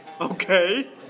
Okay